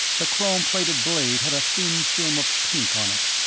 the chrome plated blade had a thin film of pink on it.